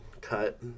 cut